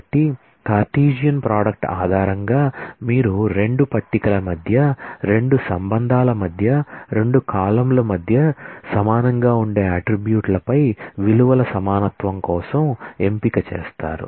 కాబట్టి Cartesian product ఆధారంగా మీరు రెండు టేబుల్ల మధ్య రెండు రిలేషన్స్ మధ్య రెండు కాలమ్ మధ్య సమానంగా ఉండే అట్ట్రిబ్యూట్లపై విలువల సమానత్వం కోసం ఎంపిక చేస్తారు